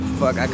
fuck